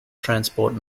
transport